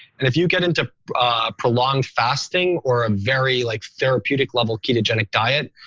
and if you get into a prolonged fasting or a very like therapeutic level ketogenic diet,